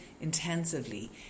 intensively